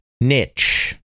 niche